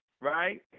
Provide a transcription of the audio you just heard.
right